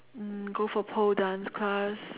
um go for pole dance class